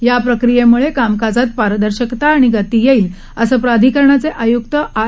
या प्रक्रियेमुळे कामकाजात पारदर्शकता आणि गती येईल असं प्राधिकरणाचे आयुक्त आर